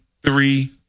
Three